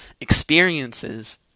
experiences